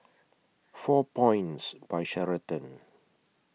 four Points By Sheraton